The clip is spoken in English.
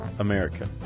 America